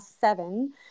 seven